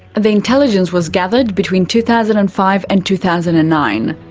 the intelligence was gathered between two thousand and five and two thousand and nine.